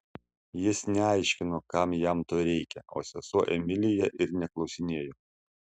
jis neaiškino kam jam to reikia o sesuo emilija ir neklausinėjo